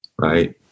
right